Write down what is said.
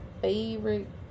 favorite